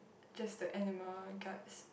just the animal guts